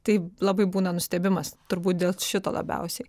tai labai būna nustebimas turbūt dėl šito labiausiai